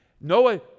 Noah